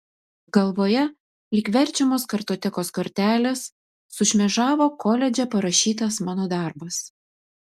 galvoje lyg verčiamos kartotekos kortelės sušmėžavo koledže parašytas mano darbas